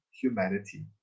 humanity